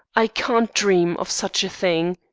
i can't dream of such a thing